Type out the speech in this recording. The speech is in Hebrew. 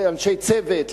לאנשי "צוות",